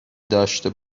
داشته